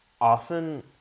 often